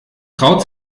traut